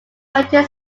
quentin